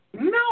No